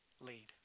lead